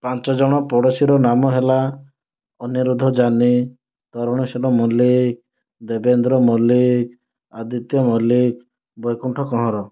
ପାଞ୍ଚ ଜଣ ପଡ଼ୋଶୀର ନାମ ହେଲା ଅନିରୁଦ୍ଧ ଯାନୀ ତରୁଣଶୀଲ ମଲ୍ଲିକ ଦେବେନ୍ଦ୍ର ମଲ୍ଲିକ ଆଦିତ୍ୟ ମଲ୍ଲିକ ବୈକୁଣ୍ଠ କହଁର